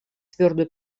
твердую